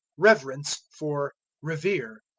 reverence for revere.